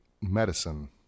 Medicine